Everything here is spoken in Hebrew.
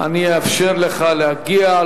אני אאפשר לך להגיע,